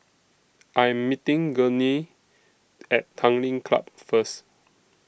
I Am meeting Gurney At Tanglin Club First